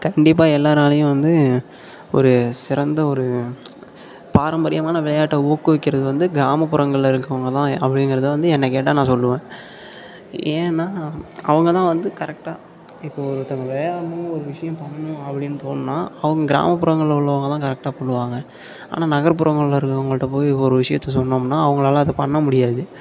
கண்டிப்பாக எல்லோராலையும் வந்து ஒரு சிறந்த ஒரு பாரம்பரியமான விளையாட்டை ஊக்குவிக்கிறது வந்து கிராமப்புறங்களில் இருக்கறவங்க தான் அப்படிங்கறத வந்து என்னை கேட்டால் நான் சொல்லுவேன் ஏனால் அவங்கதான் வந்து கரெக்டாக இப்போது ஒருத்தவங்க ஒரு விஷயம் பண்ணணும் அப்படின்னு தோணணுன்னா அவங்க கிராமப்புறங்களில் உள்ளவங்கதான் கரெக்டாக பண்ணுவாங்க ஆனால் நகர்புறங்களில் இருக்கிறவங்கள்ட்ட போய் ஒரு விஷயத்த சொன்னோம்னால் அவங்களால அதை பண்ண முடியாது